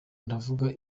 ndavuga